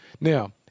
Now